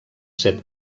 set